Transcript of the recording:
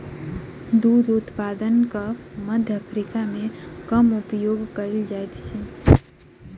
दूध उत्पादनक मध्य अफ्रीका मे कम उपयोग कयल जाइत अछि